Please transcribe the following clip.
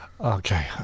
Okay